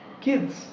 kids